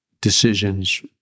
decisions